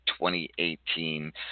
2018